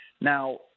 Now